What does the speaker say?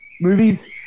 Movies